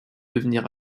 devenir